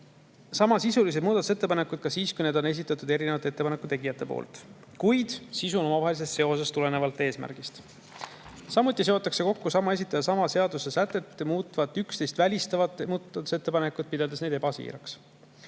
seotakse kokku muudatusettepanekud siis, kui need on esitanud erinevad ettepaneku tegijad, kuid sisu on omavahelises seoses tulenevalt eesmärgist. Samuti seotakse kokku sama esitaja sama seadusesätet muutvad üksteist välistavad muudatusettepanekud, pidades neid ebasiiraks.